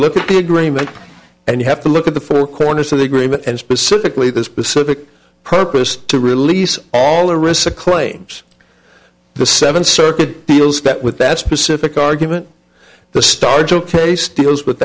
look at the agreement and you have to look at the four corners of the agreement and specifically the specific purpose to release all arista claims the seven circuit feels that with that specific argument the star took a stealers with